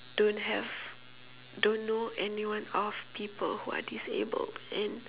don't have don't know anyone of people who are disabled and